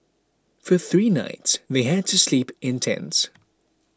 for three nights they had to sleep in tents